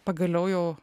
pagaliau jau